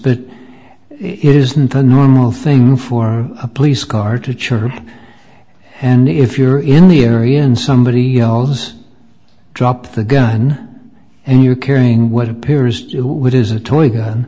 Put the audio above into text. but it isn't a normal thing for a police car to church and if you're in the area and somebody yells drop the gun and you're carrying what appears to what is a toy gun